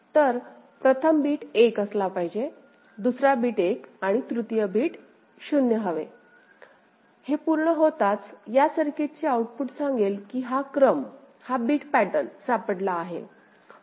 तर प्रथम बिट 1 असला पाहिजे दुसरा बिट 1 आणि तृतीय बीट 0 असावे हे पूर्ण होताच या सर्किटचे आऊटपुट सांगेल की हा क्रम हा बिट पॅटर्न सापडला आहे